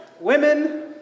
women